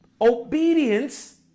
Obedience